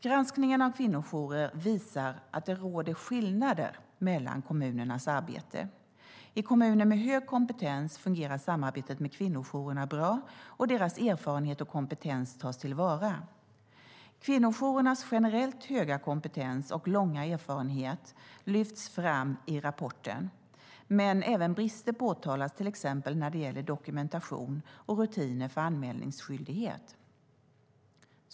Granskningen av kvinnojourer visar att det råder skillnader mellan kommunernas arbete. I kommuner med hög kompetens fungerar samarbetet med kvinnojourerna bra, och deras erfarenhet och kompetens tas till vara. Kvinnojourernas generellt höga kompetens och långa erfarenhet lyfts fram i rapporten, men även brister påtalas när det till exempel gäller dokumentation och rutiner för anmälningsskyldighet.